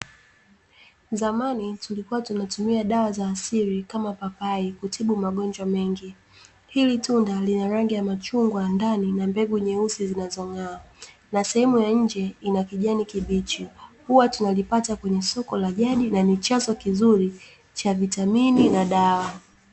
Zamani tulikuwa tunatumia dawa za asili kama papai kutibu magonjwa mengi. Hili tunda lina rangi ya machungwa ndani na mbegu nyeusi zinazong'aa, na sehemu ya nje ina kijani kibichi. Huwa tunalipata kwenye soko la jadi na ni chanzo kizuri cha vitamini na dawa.